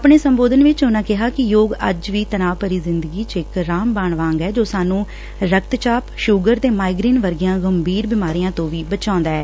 ਆਪਣੇ ਸੰਬੋਧਨ ਵਿਚ ਉਨ੍ਹਾਂ ਕਿਹਾ ਕਿ ਯੋਗ ਅੱਜ ਵੀ ਤਨਾਣ ਭਰੀ ਜਿੰਦਗੀ ਚ ਇਕ ਰਾਮ ਬਾਣ ਵਾਂਗ ਐ ਜੋ ਸਾਨੂੰ ਰਕਤਚਾਪ ਸੂਗਰ ਤੇ ਮਾਈਗ੍ਰੇਨ ਵਰਗੀਆਂ ਗੰਭੀਰ ਬਿਮਾਰੀਆਂ ਤੋਂ ਵੀ ਬਚਾਉਂਦਾ ਐ